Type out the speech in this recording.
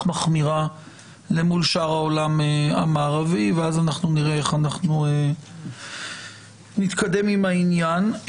מחמירה למול שאר העולם המערבי ואז נראה איך נתקדם עם העניין.